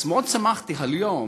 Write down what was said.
שמחתי מאוד היום